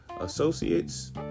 Associates